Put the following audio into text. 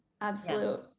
absolute